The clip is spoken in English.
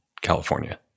California